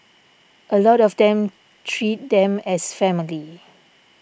a lot of them treat them as family